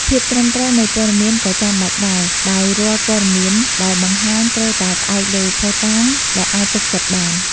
ភាពត្រឹមត្រូវនៃព័ត៌មានក៏ចាំបាច់ដែរ ដោយរាល់ព័ត៌មានដែលបង្ហាញត្រូវតែផ្អែកលើភស្តុតាងដែលអាចទុកចិត្តបាន។